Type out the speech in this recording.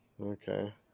Okay